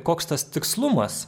koks tas tikslumas